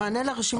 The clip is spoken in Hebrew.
המענה לרשימות,